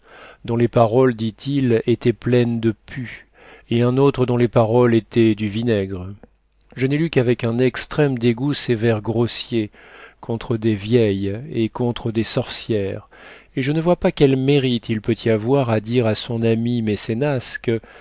dont les paroles dit-il étaient pleines de pus et un autre dont les paroles étaient du vinaigre je n'ai lu qu'avec un extrême dégoût ses vers grossiers contre des vieilles et contre des sorcières et je ne vois pas quel mérite il peut y avoir à dire à son ami mecenas que